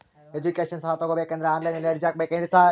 Education ಸಾಲ ತಗಬೇಕಂದ್ರೆ online ನಲ್ಲಿ ಅರ್ಜಿ ಹಾಕ್ಬೇಕೇನ್ರಿ ಸಾರ್?